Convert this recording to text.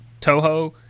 Toho